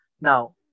Now